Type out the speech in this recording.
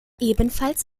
ebenfalls